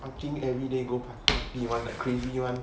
fucking everyday go party that crazy one